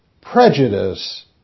prejudice